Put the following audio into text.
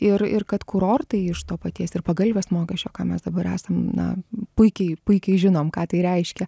ir ir kad kurortai iš to paties ir pagalvės mokesčio ką mes dabar esam na puikiai puikiai žinom ką tai reiškia